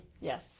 Yes